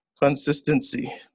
Consistency